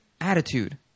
attitude